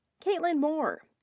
caitlyn moore.